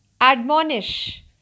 admonish